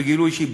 בגילוי אישי,